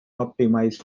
optimized